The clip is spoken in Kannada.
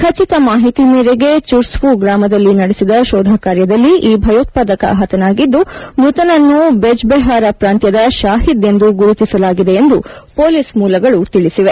ಖಚಿತ ಮಾಹಿತಿ ಮೇರೆಗೆ ಚುರ್ಸ್ವು ಗ್ರಾಮದಲ್ಲಿ ನಡೆಸಿದ ಶೋಧ ಕಾರ್ಯದಲ್ಲಿ ಈ ಭಯೋತ್ಪಾದಕ ಪತನಾಗಿದ್ದು ಮೃತನನ್ನು ಬೆಜ್ಬೆಹಾರ ಪ್ರಾಂತ್ಯದ ಶಾಹಿದ್ ಎಂದು ಗುರುತಿಸಲಾಗಿದೆ ಎಂದು ಮೊಲೀಸ್ ಮೂಲಗಳು ತಿಳಿಸಿದೆ